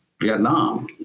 Vietnam